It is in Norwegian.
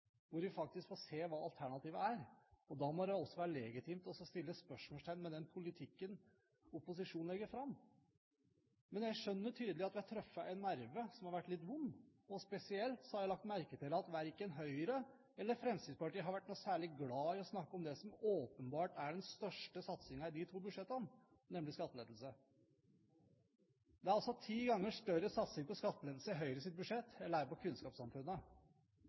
hvor vi faktisk får se hva alternativet er. Da må det også være legitimt å sette spørsmålstegn ved den politikken opposisjonen legger fram. Men det er tydelig at vi har truffet en nerve som har vært litt vond. Spesielt har jeg lagt merke til at verken Høyre eller Fremskrittspartiet har vært noe særlig glad i å snakke om det som åpenbart er den største satsingen i de to budsjettene, nemlig skattelettelse. Det er altså ti ganger større satsing på skattelettelse i Høyres budsjett enn det er på kunnskapssamfunnet,